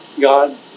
God